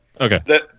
Okay